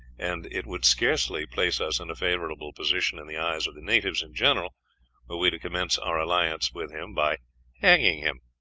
and it would scarcely place us in a favorable position in the eyes of the natives in general were we to commence our alliance with him by hanging him.